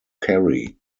carry